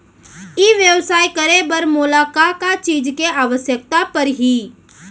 ई व्यवसाय करे बर मोला का का चीज के आवश्यकता परही?